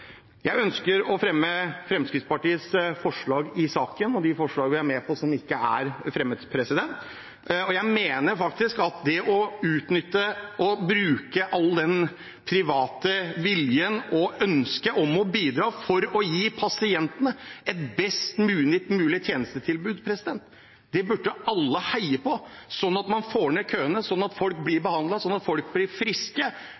Jeg ønsker å fremme Fremskrittspartiets forslag i saken og de forslagene vi er med på. Jeg mener at det å utnytte og bruke all den private viljen og ønskene om å bidra for å gi pasientene et best mulig tjenestetilbud, er noe alle burde heie på, sånn at man får ned køene og folk blir